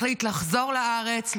מחליט לחזור לארץ,